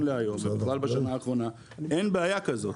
להיום ובכלל בשנה האחרונה אין בעיה כזאת,